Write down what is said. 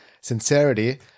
sincerity